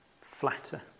flatter